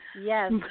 Yes